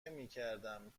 نمیکردم